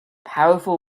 powerful